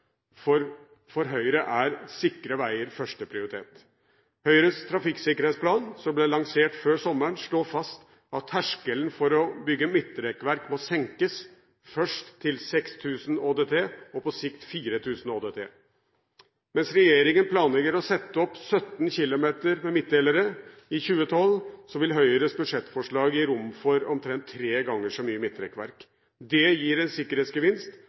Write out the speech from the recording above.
for for Høyre er sikre veier første prioritet. Høyres trafikksikkerhetsplan som ble lansert før sommeren, slår fast at terskelen for å bygge midtrekkverk må senkes, først til 6 000 ÅDT og på sikt 4 000 ÅDT. Mens regjeringen planlegger å sette opp 17 km med midtdelere i 2012, vil Høyres budsjettforslag gi rom for omtrent tre ganger så mye midtrekkverk. Det gir en sikkerhetsgevinst.